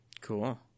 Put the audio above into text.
Cool